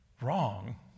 wrong